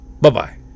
Bye-bye